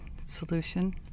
solution